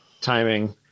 timing